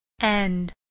End